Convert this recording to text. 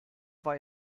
war